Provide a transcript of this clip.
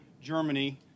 Germany